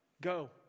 Go